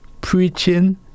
preaching